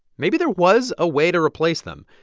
maybe there was a way to replace them.